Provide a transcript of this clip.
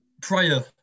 prior